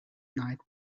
night